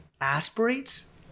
aspirates